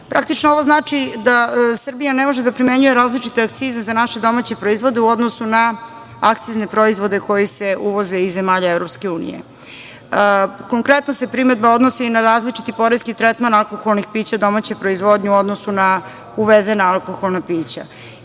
Praktično, ovo znači da Srbija ne može da primenjuje različite akcize za naše domaće proizvode u odnosu na akcizne proizvode koji se uvoze iz zemalja EU.Konkretno se primedba odnosi na različiti poreski tretman alkoholnih pića domaće proizvodnje u odnosu na uvezena alkoholna pića.